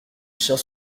chiens